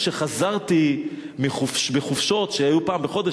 כשחזרתי מחופשות שהיו פעם בחודש,